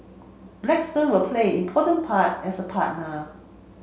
Blackstone will play an important part as a partner